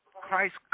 Christ